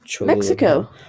Mexico